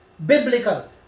Biblical